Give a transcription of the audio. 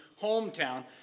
hometown